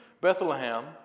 Bethlehem